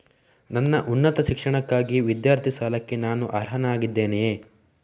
ನನ್ನ ಉನ್ನತ ಶಿಕ್ಷಣಕ್ಕಾಗಿ ವಿದ್ಯಾರ್ಥಿ ಸಾಲಕ್ಕೆ ನಾನು ಅರ್ಹನಾಗಿದ್ದೇನೆಯೇ?